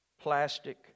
plastic